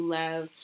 love